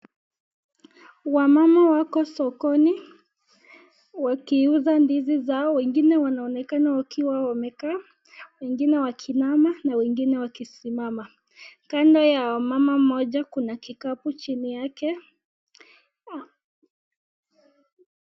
Wanaume wako sokoni wakuuza ndizi zao, wengine wanaonekana wakiwa wamekaa wengine wameinama na wengine wakiwa wamesimama, kando yao Kuna kitabu chini yake .